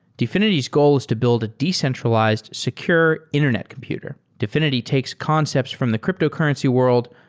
dfinity's goal is to build a decentralized, secure internet computer. dfinity takes concepts from the cryptocurrency world,